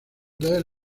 del